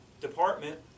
department